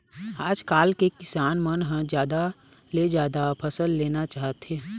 आजकाल के किसान मन ह जादा ले जादा फसल लेना चाहथे